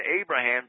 Abraham